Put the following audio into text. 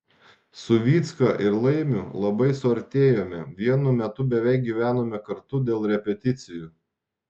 su vycka ir laimiu labai suartėjome vienu metu beveik gyvenome kartu dėl repeticijų